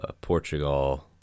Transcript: Portugal